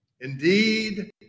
Indeed